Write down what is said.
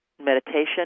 meditation